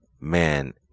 man